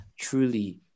truly